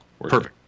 Perfect